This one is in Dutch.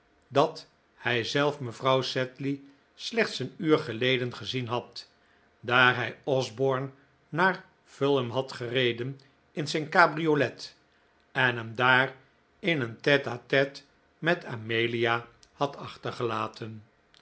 dat hijzelf mevrouw sedley slechts een uur geleden gezien had daar hij osborne naar fulham had gereden in zijn cabriolet en hem daar in een tete-a-tete met amelia had achtergelaten